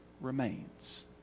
remains